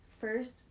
first